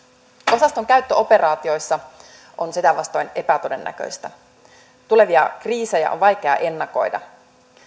osaston käyttö operaatioissa on sitä vastoin epätodennäköistä tulevia kriisejä on vaikea ennakoida